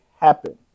happen